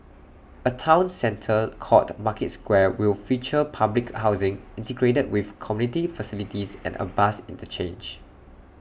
A Town centre called market square will feature public housing integrated with community facilities and A bus interchange